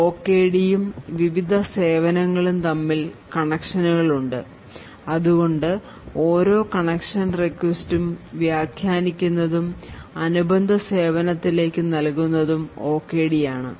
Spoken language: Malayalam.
OKD യും വിവിധ സേവനങ്ങളും തമ്മിൽ കണക്ഷനുകളുണ്ട് അതുകൊണ്ട് ഓരോ കണക്ഷൻ റിക്വസ്റ്റ് ഉം വ്യാഖ്യാനിക്കുന്നതും അനുബന്ധ സേവനത്തിലേക്ക് നൽകുന്നതും OKD ആണ്